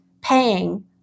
paying